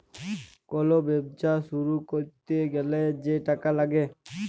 call ব্যবছা শুরু ক্যইরতে গ্যালে যে টাকা ল্যাগে